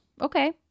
Okay